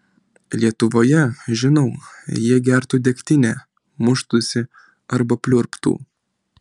lietuvoje žinau jie gertų degtinę muštųsi arba pliurptų